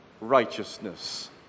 righteousness